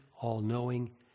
all-knowing